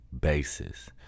basis